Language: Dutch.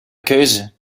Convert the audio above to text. keuze